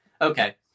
Okay